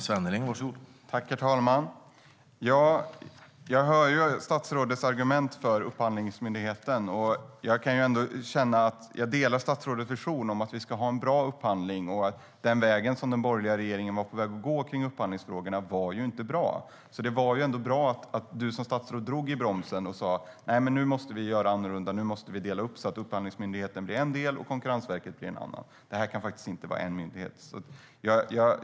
Herr talman! Jag hör statsrådets argument för Upphandlingsmyndigheten. Jag delar statsrådets vision om att vi ska ha en bra upphandling, och den väg som den borgerliga regeringen var på väg att gå i upphandlingsfrågorna var inte bra. Det var ändå bra att du som statsråd drog i bromsen och sa: Nu måste vi göra annorlunda. Nu måste vi dela upp så att Upphandlingsmyndigheten blir en del och Konkurrensverket blir en annan. Det kan faktiskt inte vara en myndighet.